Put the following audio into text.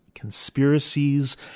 conspiracies